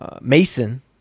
Mason